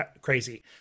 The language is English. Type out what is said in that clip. crazy